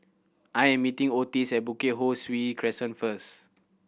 I am meeting Otis at Bukit Ho Swee Crescent first